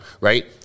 right